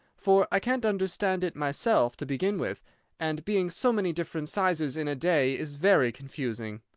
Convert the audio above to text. for i can't understand it myself to begin with and being so many different sizes in a day is very confusing.